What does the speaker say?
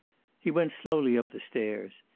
he went slowly up the stairs.